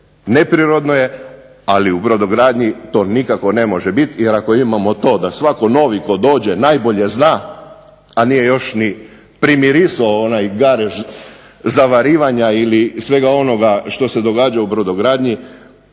Neprirodno je, ali u brodogradnji to nikako ne može biti, jer ako imamo to da svatko novi tko dođe najbolje zna a nije još ni primirisao onaj garež zavarivanja ili svega onoga što se događa u brodogradnji